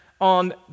on